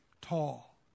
tall